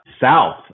South